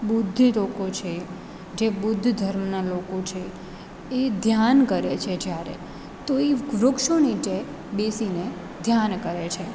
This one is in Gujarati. બુદ્ધ લોકો છે જે બુદ્ધ ધર્મનાં લોકો છે એ ધ્યાન કરે છે જ્યારે તો એ વૃક્ષો નીચે બેસીને ધ્યાન કરે છે